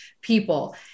people